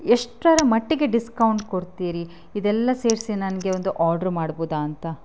ಎಷ್ಟರ ಮಟ್ಟಿಗೆ ಡಿಸ್ಕೌಂಟ್ ಕೊಡ್ತೀರಿ ಇದೆಲ್ಲ ಸೇರಿಸಿ ನನಗೆ ಒಂದು ಆರ್ಡರ್ ಮಾಡ್ಬೋದಾ ಅಂತ